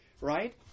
right